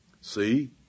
See